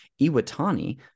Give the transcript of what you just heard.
Iwatani